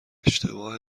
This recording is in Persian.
اشتباه